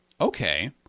Okay